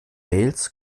wales